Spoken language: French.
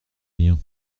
liens